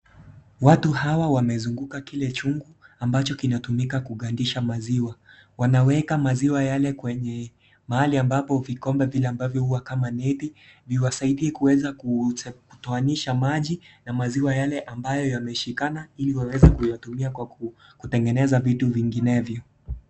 Watu hawa wamezunguka kile chungu ambacho kinatumika kugandisha maziwa. Wanaweka maziwa yale kwenye, mahali ambapo vikombe vile ambavyo huwa kama neti, viwasaidie kutoanisha maji na maziwa yale ambayo yameshikana ili waweze kutumia kutengeneza vitu vinginevyo.